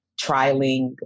trialing